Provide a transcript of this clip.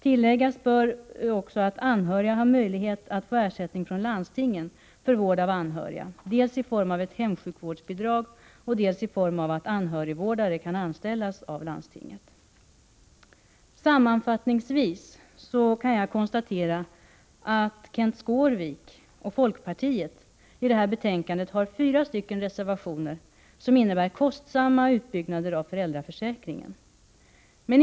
Tilläggas bör att man har möjlighet att få ersättning från landstingen för vård av anhöriga dels i form av ett hemsjukvårdsbidrag, dels i form av att anhörigvårdare kan anställas av landstingen. Sammanfattningsvis kan jag konstatera att Kenth Skårvik och folkpartiet i det här betänkandet har fyra reservationer vilka innebär kostsamma utbyggnader av föräldraförsäkringen.